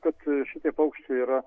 kad šitie paukščiai yra